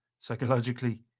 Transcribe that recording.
psychologically